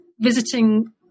visiting